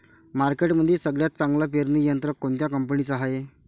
मार्केटमंदी सगळ्यात चांगलं पेरणी यंत्र कोनत्या कंपनीचं हाये?